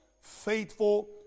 faithful